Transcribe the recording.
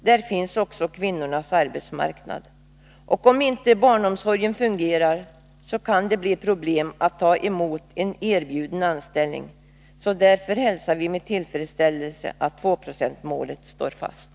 Där finns också kvinnornas arbetsmarknad. Om inte barnomsorgen fungerar, kan det bli problem att ta emot en erbjuden anställning. Därför hälsar vi med tillfredsställelse att 2-procentsmålet står fast.